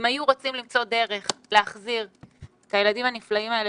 אם היו רוצים למצוא דרך להחזיר את הילדים הנפלאים האלה